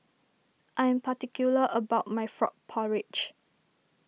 I am particular about my Frog Porridge